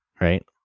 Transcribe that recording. Right